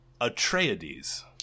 Atreides